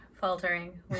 faltering